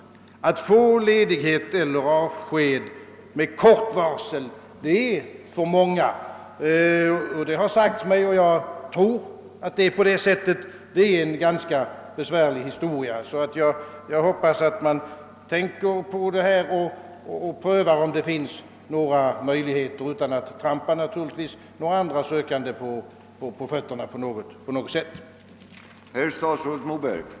Att få ledighet eller avsked med kort varsel är för många — det har sagts mig, och jag tror att det förhåller sig så — en ganska besvärlig historia. Jag hoppas därför att statsrådet tänker på saken och prövar om det finns några möjligheter att ge tidigare besked, naturligtvis utan att man på något sätt trampar andra sökande på fötterna.